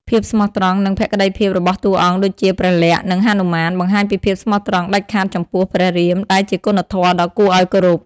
ភាពស្មោះត្រង់ និងភក្ដីភាពរបស់តួអង្គដូចជាព្រះលក្សណ៍ និងហនុមាន បង្ហាញពីភាពស្មោះត្រង់ដាច់ខាតចំពោះព្រះរាម ដែលជាគុណធម៌ដ៏គួរឱ្យគោរព ។